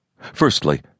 Firstly